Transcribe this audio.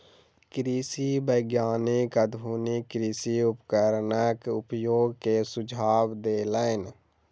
कृषि वैज्ञानिक आधुनिक कृषि उपकरणक उपयोग के सुझाव देलैन